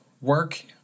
work